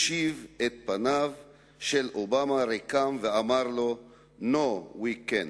השיב את פניו של אובמה ריקם ואמר לו No, we can't.